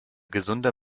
gesunder